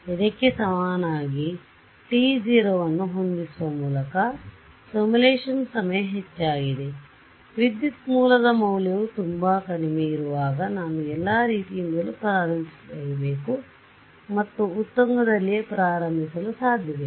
ಇದಕ್ಕೆ ಸಮನಾಗಿ t0 ಅನ್ನು ಹೊಂದಿಸುವ ಮೂಲಕ ಸಿಮ್ಯುಲೇಶನ್ ಸಮಯ ಹೆಚ್ಚಾಗಿದೆ ವಿದ್ಯುತ್ ಮೂಲದ ಮೌಲ್ಯವು ತುಂಬಾ ಕಡಿಮೆ ಇರುವಾಗ ನಾನು ಎಲ್ಲ ರೀತಿಯಿಂದಲೂ ಪ್ರಾರಂಭಿಸಬೇಕು ಮತ್ತು ಉತ್ತುಂಗದಲ್ಲಿಯೇ ಪ್ರಾರಂಭಿಸಲು ಸಾಧ್ಯವಿಲ್ಲ